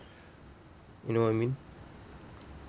you know what I mean